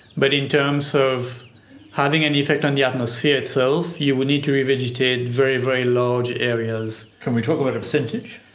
but in terms of having any effect on the atmosphere itself, you would need to revegetate very, very large areas. can we talk about a percentage?